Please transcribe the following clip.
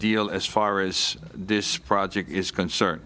deal as far as this project is concerned